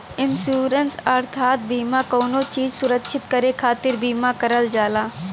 insurance अर्थात बीमा कउनो चीज सुरक्षित करे खातिर बीमा करल जाला